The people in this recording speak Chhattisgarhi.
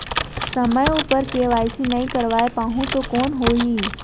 समय उपर के.वाई.सी नइ करवाय पाहुं तो कौन होही?